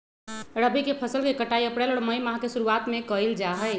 रबी के फसल के कटाई अप्रैल और मई माह के शुरुआत में कइल जा हई